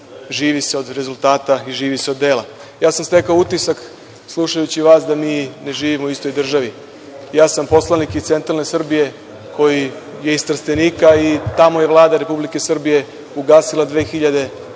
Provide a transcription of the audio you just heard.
živi se od rezultata i živi se od dela. Ja sam stekao utisak slušajući vas da mi ne živimo u istoj državi. Ja sam poslanik iz centralne Srbije, koji je iz Trstenika i tamo je Vlada Republike Srbije ugasila 2000